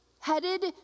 Headed